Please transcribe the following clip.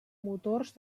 motors